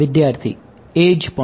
વિદ્યાર્થી એડ્જ પણ